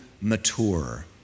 mature